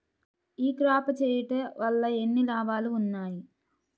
ఈ క్రాప చేయుట వల్ల ఎన్ని లాభాలు ఉన్నాయి?